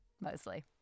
Mostly